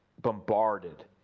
bombarded